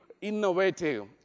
innovative